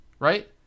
right